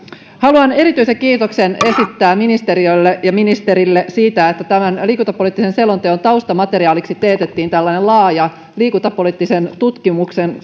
haluan erityisen kiitoksen esittää ministeriölle ja ministerille siitä että tämän liikuntapoliittisen selonteon taustamateriaaliksi teetettiin tällainen laaja liikuntapoliittisen tutkimuksen